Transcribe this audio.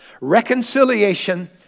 reconciliation